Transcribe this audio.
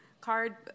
card